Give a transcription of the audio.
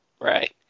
right